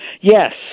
Yes